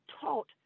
taught